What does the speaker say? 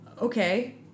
Okay